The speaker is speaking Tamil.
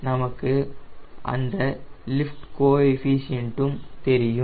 நமக்கு அந்த லிஃப்ட் கோஏஃபிஷியன்டும் தெரியும்